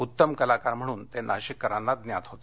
उत्तम कलाकार म्हणून ते नाशिककरांना ज्ञात होते